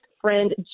friend